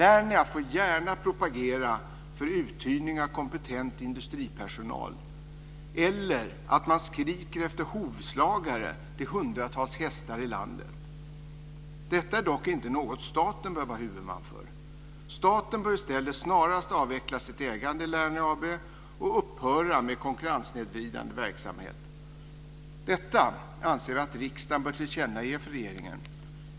Lernia får gärna propagera för uthyrning av kompetent industripersonal eller för att man skriker efter hovslagare till hundratals hästar i landet. Detta är dock inte något som staten bör vara huvudman för. Staten bör i stället snarast avveckla sitt ägande i Lernia AB och upphöra med konkurrenssnedvridande verksamhet. Detta anser vi att riksdagen bör tillkännage för regeringen.